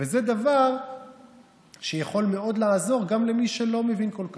וזה דבר שיכול מאוד לעזור גם למי שלא מבין כל כך,